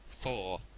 four